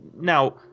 now